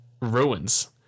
ruins